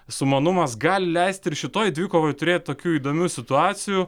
sumanumas gali leisti ir šitoj dvikovoj turėti tokių įdomių situacijų